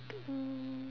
um